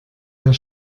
der